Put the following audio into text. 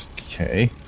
okay